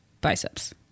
biceps